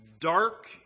dark